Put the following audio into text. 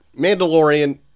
Mandalorian